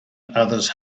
others